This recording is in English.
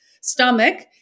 stomach